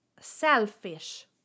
selfish